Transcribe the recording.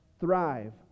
Thrive